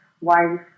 wife